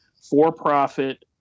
for-profit